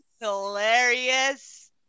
Hilarious